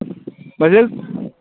बेसे